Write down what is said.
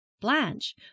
Blanche